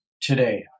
today